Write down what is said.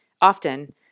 Often